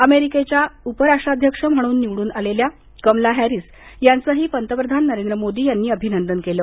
अमेरिकेच्या उपराष्ट्रपती म्हणून निवडून आलेल्या कमला हॅरिस यांचं ही पंतप्रधान नरेंद्र मोदी यांनी अभिनंदन केलं